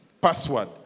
password